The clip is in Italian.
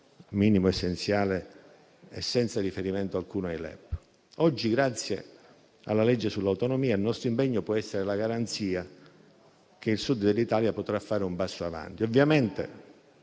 minimo essenziale e senza riferimento alcuno ai LEP. Oggi, grazie alla legge sull'autonomia, il nostro impegno può essere la garanzia che il Sud dell'Italia potrà fare un passo avanti.